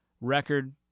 record